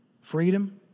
Freedom